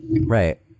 Right